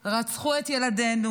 רצחו את ילדינו,